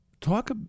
talk